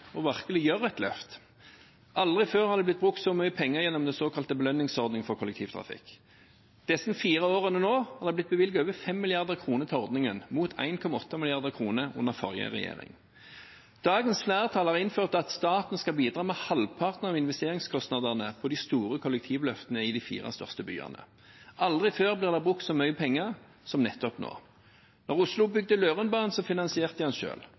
virkelig å gjøre et løft. Aldri før har det blitt brukt så mye penger gjennom den såkalte belønningsordningen for kollektivtrafikk. Disse fire årene har det blitt bevilget over 5 mrd. kr til ordningen, mot 1,8 mrd. kr under forrige regjering. Dagens flertall har innført at staten skal bidra med halvparten av investeringskostnadene ved de store kollektivløftene i de fire største byene. Aldri før blir det brukt så mye penger som nettopp nå. Da Oslo bygde Lørenbanen, finansierte